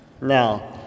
Now